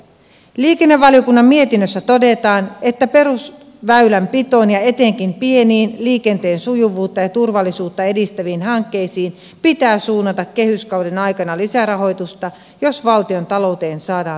liikennevaliokunnan mietinnössä todetaan että perusväylänpitoon ja etenkin pieniin liikenteen sujuvuutta ja turvallisuutta edistäviin hankkeisiin pitää suunnata kehyskauden aikana lisärahoitusta jos valtiontalouteen saadaan liikkumavaraa